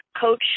coach